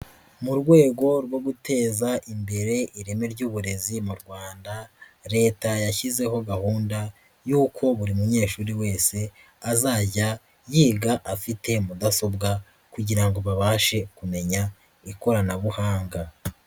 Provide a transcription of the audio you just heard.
Mu rwego rwo guteza imbere ireme ry'uburezi mu Rwanda, Leta yashyizeho gahunda yuko buri munyeshuri wese azajya yiga afite mudasobwa kugira ngo babashe kumenya ikoranabuhanga.